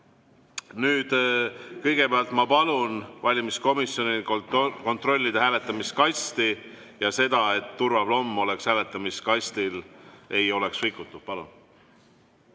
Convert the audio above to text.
näe. Kõigepealt ma palun valimiskomisjonil kontrollida hääletamiskasti ja seda, et turvaplomm hääletamiskastil ei oleks rikutud. Ei